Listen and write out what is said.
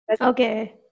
Okay